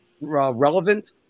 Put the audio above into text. relevant